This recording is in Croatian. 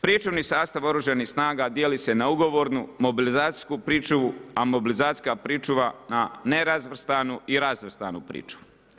Pričuvni sastav oružanih snaga, dijeli se na ugovornu, mobilizacijsku pričuvu, a mobilizacijska pričuva, na nerazvrstanu i razvrstanu pričuvu.